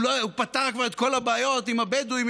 הוא כבר פתר את כל הבעיות עם הבדואים,